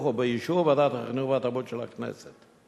ובאישור ועדת החינוך והתרבות של הכנסת.